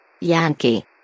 Yankee